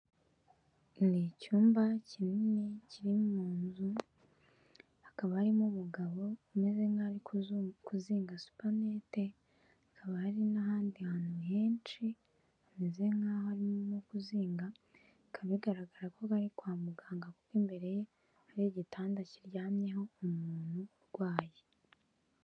Ni icyumba kinini kiri mu nzu hakaba harimo umugabo umeze nk'uri kuzinga supanete, haba hari n'ahandi hantu henshi hameze nkaho arimo kuzinga bikaba bigaragara ko ari kwa muganga kuko imbere ye hari igitanda kiryamyeho umuntu urwaye.